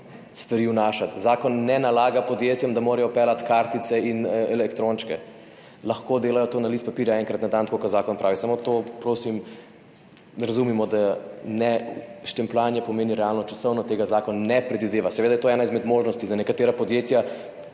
stvari, zakon ne nalaga podjetjem, da morajo vpeljati kartice in elektrončke. Lahko delajo to na list papirja enkrat na dan, tako kot zakon pravi, samo to, prosim, razumimo, da štempljanje ne pomeni realno časovno, tega zakon ne predvideva. Seveda je to ena izmed možnosti. Nekatera podjetja